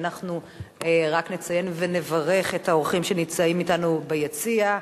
אנחנו רק נציין ונברך את האורחים שנמצאים אתנו ביציע.